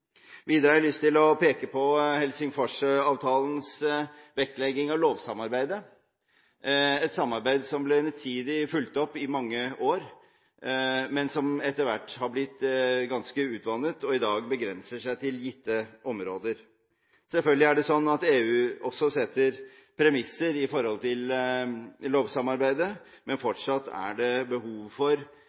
Videre har jeg lyst til å peke på Helsingforsavtalens vektlegging av lovsamarbeidet, et samarbeid som ble fulgt opp nitid i mange år, men som etter hvert har blitt ganske utvannet og i dag begrenser seg til gitte områder. Selvfølgelig setter EU også premisser i forhold til lovsamarbeidet, men fortsatt er det behov for